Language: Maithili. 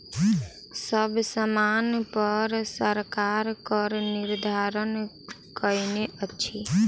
सब सामानपर सरकार करक निर्धारण कयने अछि